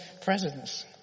presence